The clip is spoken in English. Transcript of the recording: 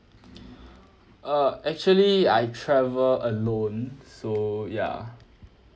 uh actually I travel alone so ya